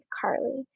Carly